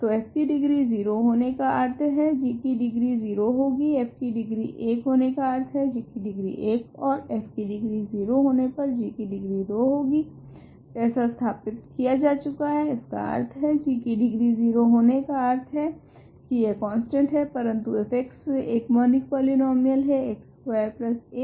तो f की degree 0 होने का अर्थ है g की डिग्री 0 होगी f की डिग्री 1 होने का अर्थ है g की डिग्री 1 ओर f की डिग्री 0 होने पर g की डिग्री 2 होगी ऐसा स्थापित किया जा चुका है इसका अर्थ है g की डिग्री 0 होने का अर्थ है की यह कोंस्टंट है परंतु f एक मॉनिक पॉलीनोमीयल है x स्कवेर 1